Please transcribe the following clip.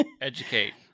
Educate